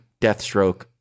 Deathstroke